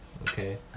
okay